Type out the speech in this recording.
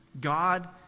God